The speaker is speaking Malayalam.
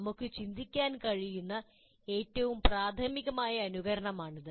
നമുക്ക് ചിന്തിക്കാൻ കഴിയുന്ന ഏറ്റവും പ്രാഥമികമായ അനുകരണമാണിത്